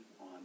on